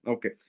Okay